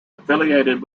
affiliated